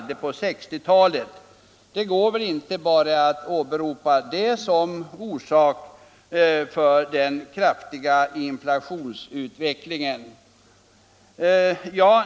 Det går väl inte bara att åberopa detta som orsak till den kraftiga inflationsutvecklingen.